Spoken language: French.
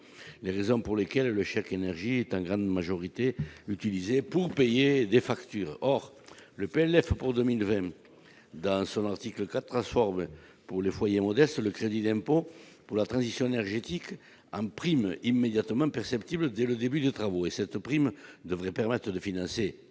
les raisons pour lesquelles le chèque énergie est en grande majorité, utilisé pour payer des factures, or le PLF pour 2020 dans son article 4 pour les foyers modestes, le crédit d'impôt pour la transition énergétique en prime immédiatement perceptible dès le début des travaux, et cette prime devrait permettre de financer